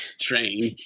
train